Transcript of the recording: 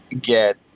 get